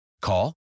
Call